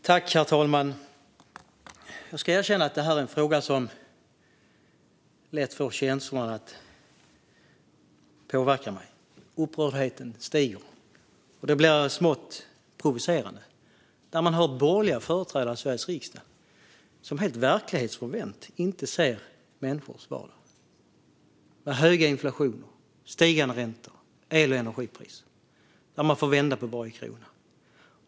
Herr talman! Jag ska erkänna att detta är en fråga som lätt får känslorna att påverka mig. Upprördheten stiger, och det blir smått provocerande. Jag hör borgerliga företrädare i Sveriges riksdag som helt verklighetsfrånvänt inte ser människors vardag, med hög inflation, stigande räntor och höga el och energipriser, där man får vända på varje krona.